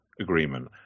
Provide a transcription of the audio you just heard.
agreement